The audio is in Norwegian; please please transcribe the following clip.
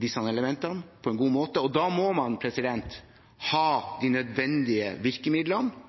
disse elementene på en god måte. Da må man ha de nødvendige virkemidlene,